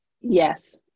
yes